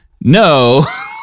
no